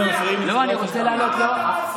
אנחנו נותנים לו זמן.